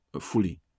fully